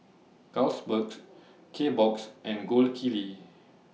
Carlsbergs Kbox and Gold Kili